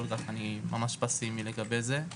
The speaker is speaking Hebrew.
אני ממש פסימי לגבי זה.